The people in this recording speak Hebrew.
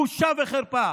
בושה וחרפה.